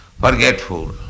forgetful